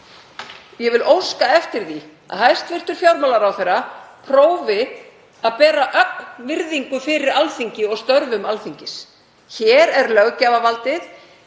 Ég óska eftir því að hæstv. fjármálaráðherra prófi að bera virðingu fyrir Alþingi og störfum Alþingis. Hér er löggjafarvaldið.